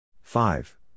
Five